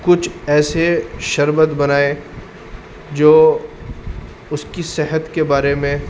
کچھ ایسے شربت بنائیں جو اس کی صحت کے بارے میں